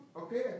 Okay